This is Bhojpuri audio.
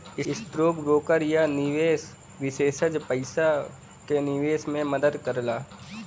स्टौक ब्रोकर या निवेश विषेसज्ञ पइसा क निवेश में मदद करला